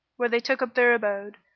where they took up their abode,